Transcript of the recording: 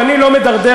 ואני לא מדרדר,